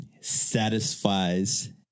satisfies